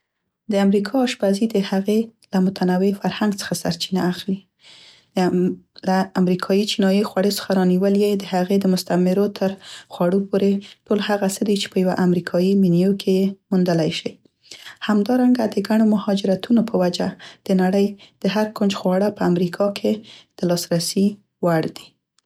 د امریکا اشپزي د هغې له متنوع فرهنګ څخه سرچینه اخلي. له امریکايي چنایي خوړو څخه رانیولې د هغې د مستعمرو تر خوړو پورې، ټول هغه څه دي چې په یوه امریکايي مینیو کې یې موندلی شی. همدارنګه د ګڼو مهاجرتونه په وجه د نړۍ د هر کنج خواړه په امریکا کې د لاسرسي وړ دي.